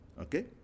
Okay